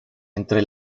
entre